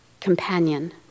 companion